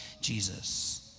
Jesus